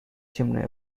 chimney